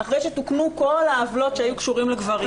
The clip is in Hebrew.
אחרי שתוקנו כל העוולות שהיו קשורות לגברים.